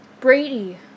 Brady